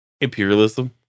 imperialism